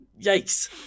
Yikes